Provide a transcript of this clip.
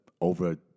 over